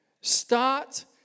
Start